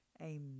Amen